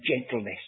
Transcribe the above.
gentleness